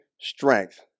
strength